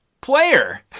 player